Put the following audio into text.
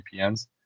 VPNs